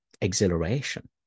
exhilaration